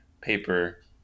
paper